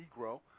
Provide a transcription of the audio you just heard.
Negro